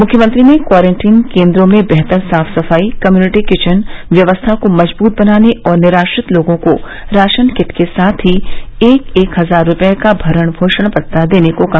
मुख्यमंत्री ने क्वारंटीन केन्द्रों में बेहतर साफ सफाई कम्यूनिटी किचन व्यवस्था को मजबूत बनाने और निराश्रित लोगों को राशन किट के साथ ही एक एक हजार रूपये का भरण पोषण भत्ता देने को कहा